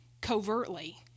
covertly